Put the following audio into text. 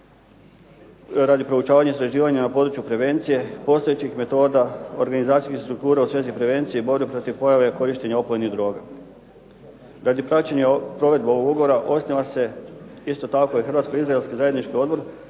radi proučavanja i istraživanja na području prevencije postojećih metoda, organizacijskih struktura u svezi prevencije i borbe protiv pojave korištenja opojnih droga. Radi praćenja provedbe ovog ugovora osniva se isto tako i hrvatsko-izraelski zajednički odbor